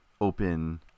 open